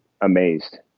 amazed